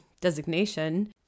designation